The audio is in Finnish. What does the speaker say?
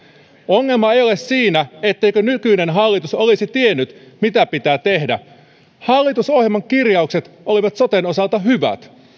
ongelma ei ole siinä etteikö nykyinen hallitus olisi tiennyt mitä pitää tehdä hallitusohjelman kirjaukset olivat soten osalta hyvät